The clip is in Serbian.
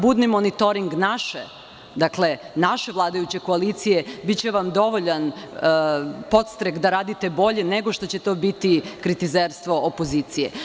Budni monitoring naše vladajuće koalicije biće vam dovoljan podstrek da radite bolje nego što će to biti kritizerstvo opozicije.